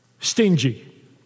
Stingy